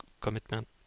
commitment